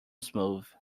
smooth